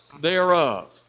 thereof